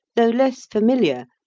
though less familiar,